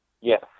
Yes